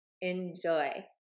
Enjoy